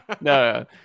No